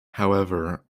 however